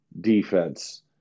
defense